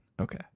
Okay